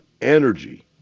energy